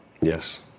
Yes